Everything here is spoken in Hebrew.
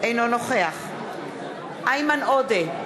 אינו נוכח איימן עודה,